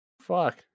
Fuck